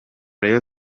rayon